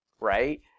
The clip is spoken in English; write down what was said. right